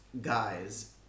guys